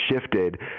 shifted